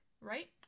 Right